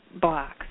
blocks